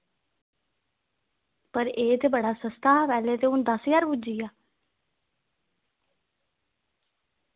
पर एह् ते बड़ा सस्ता हा पैह्ले ते हून दस ज्हार पुज्जी गेआ